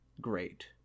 great